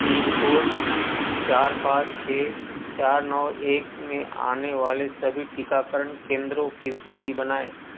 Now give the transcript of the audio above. पीन code चार पाँच छः चार नौ एक में आने वाले सभी टीकाकरण केंद्रों की सूची बनाएँ